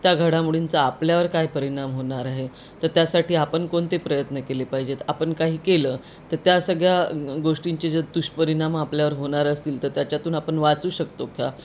त्या घडामोडींचा आपल्यावर काय परिणाम होणार आहे तर त्यासाठी आपण कोणते प्रयत्न केले पाहिजेत आपण काही केलं तर त्या सगळ्या गोष्टींचे जे दुष्परिणाम आपल्यावर होणार असतील तर त्याच्यातून आपण वाचू शकतो का